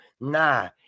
Nah